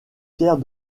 pierre